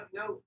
no